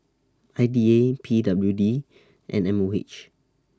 I D A P W D and M O H